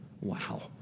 wow